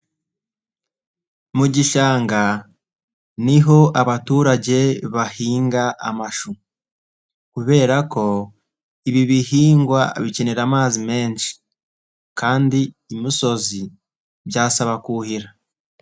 Mu gishanga niho abaturage bahinga amashu, kubera ko ibi bihingwa bikenera amazi menshi kandi imusozi byasaba kuhira.